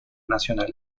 nacional